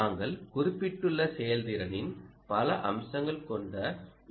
நாங்கள் குறிப்பிட்டுள்ள செயல்திறனின் பல அம்சங்கள் கொண்ட எல்